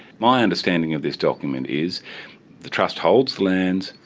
my understanding of this document is the trust holds lands,